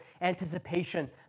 anticipation